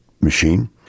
machine